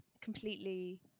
completely